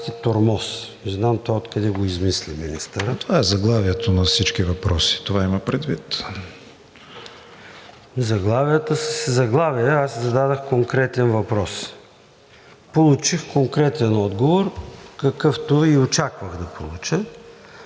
Това е заглавието на всички въпроси – това има предвид. ЙОРДАН ЦОНЕВ: Заглавията са си заглавия, аз зададох конкретен въпрос. Получих конкретен отговор, какъвто и очаквах да получа